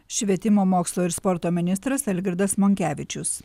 švietimo mokslo ir sporto ministras algirdas monkevičius